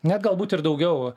net galbūt ir daugiau